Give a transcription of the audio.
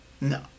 No